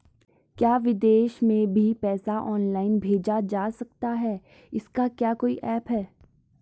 क्या विदेश में भी पैसा ऑनलाइन भेजा जा सकता है इसका क्या कोई ऐप है?